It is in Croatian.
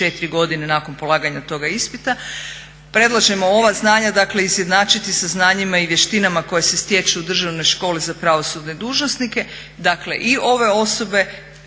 godine nakon polaganja toga ispita predlažemo ova znanja dakle izjednačiti sa znanjima i vještinama koje se stječu u Državnoj školi za pravosudne dužnosnike. Dakle, i ove osobe